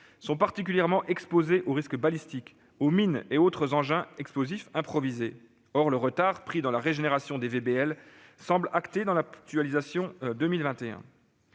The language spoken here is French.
sont particulièrement exposés aux risques balistiques, aux mines et autres engins explosifs improvisés (EEI). Or le retard pris dans la régénération des VBL semble acté dans l'actualisation de 2021.